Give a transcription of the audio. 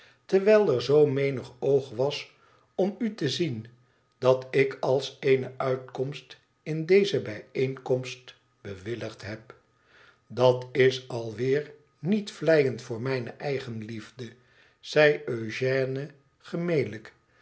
terwijl er zoo menig oog was om u te zien dat ik als eene uitkomst in deze bijeenkomst bewilligd heb datisalweerniet vleiend voor mijne eigenliefde zei eugène